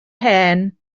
hen